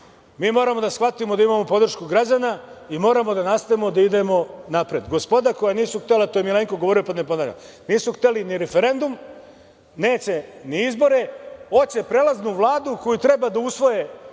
Mi moramo da shvatimo da imamo podršku građana i moramo da nastavimo da idemo napred. Gospoda koja nisu htela, to je Milenko govorio, da ne ponavljam, nisu hteli ni referendum, neće ni izbore, hoće prelaznu vladu koju treba da usvoje